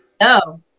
No